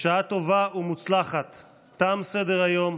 בשעה טובה ומוצלחת תם סדר-היום.